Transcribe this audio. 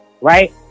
Right